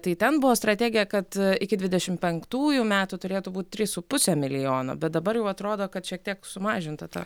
tai ten buvo strategija kad iki dvidešim penktųjų metų turėtų būt trys su puse milijono bet dabar jau atrodo kad šiek tiek sumažinta ta